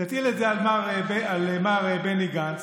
הוא יטיל את זה על מר בני גנץ,